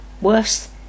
Worse